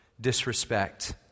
disrespect